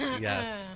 Yes